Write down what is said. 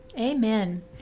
Amen